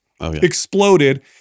exploded